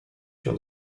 się